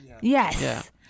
Yes